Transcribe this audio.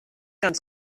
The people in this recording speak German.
ganz